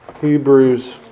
Hebrews